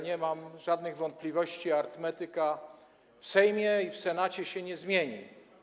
Nie mam żadnych wątpliwości - arytmetyka w Sejmie i w Senacie się nie zmieni.